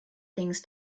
things